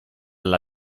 alla